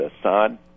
Assad